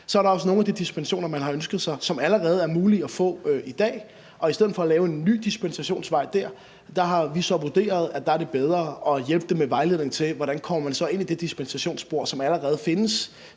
Så er der også nogle af de dispensationer, man har ønsket sig, som allerede er mulige at få i dag, og i stedet for at lave en ny dispensationsmulighed der, har vi så vurderet, at det er bedre at hjælpe folk med vejledning til, hvordan man kommer ind i det dispensationsspor, som allerede findes